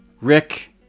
Rick